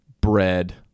Bread